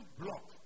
block